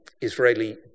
Israeli